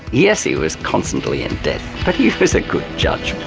yes he was constantly in debt, but he was a good judge.